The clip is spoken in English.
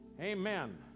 Amen